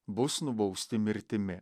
bus nubausti mirtimi